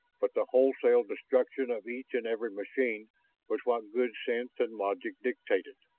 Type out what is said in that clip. but the wholesale destruction of each and every machine was what good sense and logic dictated.